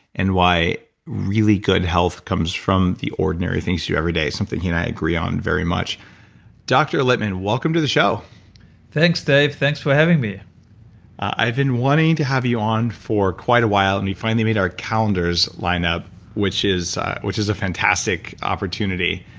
and why really good health comes from the ordinary things you do every day. something he and i agree on very much dr. lipman, welcome to the show thanks, dave. thanks for having me i've been wanting to have you on for quite a while, and we finally made our calendars line up which is which is a fantastic opportunity.